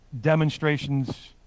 demonstrations